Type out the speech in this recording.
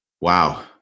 Wow